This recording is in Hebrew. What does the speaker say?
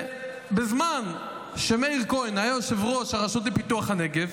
בזמן שמאיר כהן היה יושב-ראש הרשות לפיתוח הנגב,